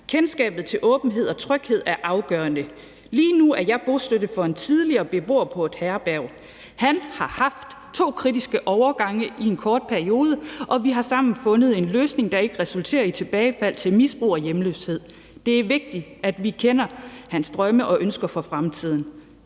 i forhold til åbenhed og tryghed. Lige nu er jeg bostøtte for en tidligere beboer på et herberg. Han har haft to kritiske overgange i en kort periode, og vi har sammen fundet en løsning, der ikke resulterer i tilbagefald til misbrug og hjemløshed. Det er vigtigt, at vi kender hans drømme og ønsker for fremtiden.